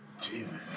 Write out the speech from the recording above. Jesus